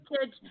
kids